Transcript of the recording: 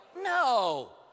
no